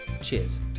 Cheers